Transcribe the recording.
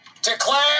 Declare